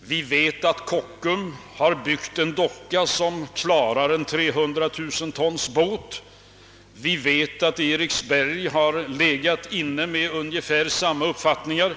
Vi vet att Kockums har byggt en docka som klarar en 300 000 tons båt. Vi vet att även Eriksberg har haft ungefär samma planer.